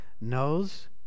knows